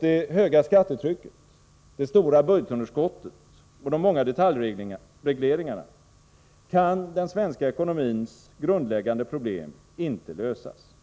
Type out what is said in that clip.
det höga skattetrycket, det stora budgetunderskottet och de många detaljregleringarna kan den svenska ekonomins grundläggande problem inte lösas.